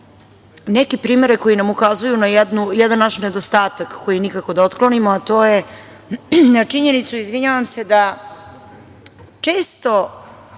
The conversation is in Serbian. neke primere koji nam ukazuju na jedan naš nedostatak koji nikako da otklonimo, a to je na činjenicu da smo često